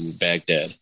Baghdad